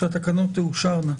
כשהתקנות תאושרנה.